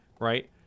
right